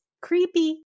creepy